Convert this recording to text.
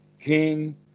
king